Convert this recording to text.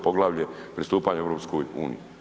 Poglavlje pristupanja EU.